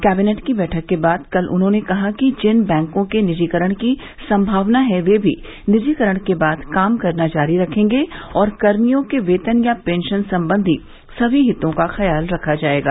cabinet की बैठक के बाद कल उन्होंने कहा कि जिन बैंकों के निजीकरण की संमावना है वे भी निजीकरण के बाद काम करना जारी रखेंगे और कर्मियों के वेतन या पेंशन संबंधी समी हितों का ख्याल रखा जायेगा